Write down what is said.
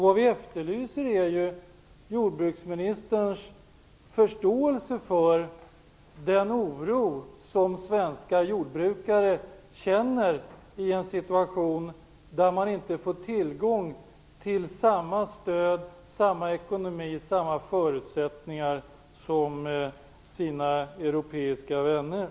Vad vi efterlyser är jordbruksministerns förståelse för den oro som svenska jordbrukare känner i en situation då de inte får tillgång till samma stöd, samma ekonomi eller samma förutsättningar som sina europeiska vänner.